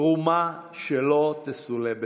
תרומה של תסולא בפז.